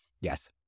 Yes